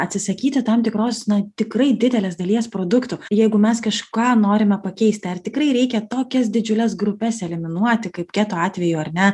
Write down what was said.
atsisakyti tam tikros na tikrai didelės dalies produktų jeigu mes kažką norime pakeisti ar tikrai reikia tokias didžiules grupes eliminuoti kaip keto atveju ar ne